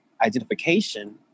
identification